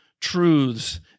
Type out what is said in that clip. truths